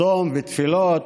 צום ותפילות,